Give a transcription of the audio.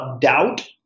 doubt